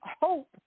hope